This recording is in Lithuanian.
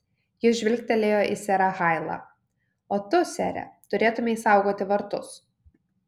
jis žvilgtelėjo į serą hailą o tu sere turėtumei saugoti vartus